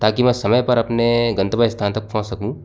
ताकि मैं समय पर अपने गन्तव्य स्थान तक पहुँच सकूँ